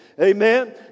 Amen